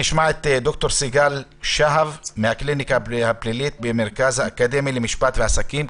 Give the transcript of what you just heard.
נשמע את ד"ר סיגל שהב מהקליניקה הפלילית במרכז האקדמי למשפט ועסקים,